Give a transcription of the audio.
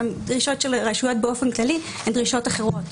גם דרישות של רשויות באופן כללי הן דרישות אחרות.